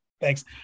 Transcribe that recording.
Thanks